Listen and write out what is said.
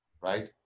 right